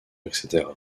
etc